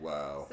Wow